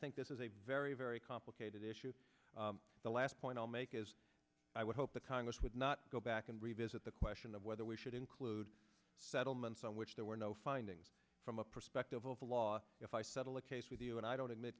think this is a very very complicated issue the last point i'll make is i would hope that congress would not go back and revisit the question of whether we should include settlements on which there were no findings from a perspective of law if i settle a case with you and i don't admit